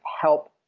help